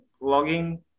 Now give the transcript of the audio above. logging